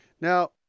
Now